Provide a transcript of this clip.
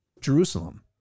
Jerusalem